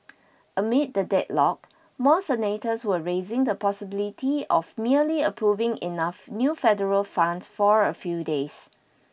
amid the deadlock more senators were raising the possibility of merely approving enough new federal funds for a few days